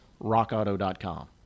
rockauto.com